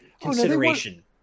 consideration